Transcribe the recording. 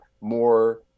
more